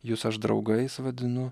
jus aš draugais vadinu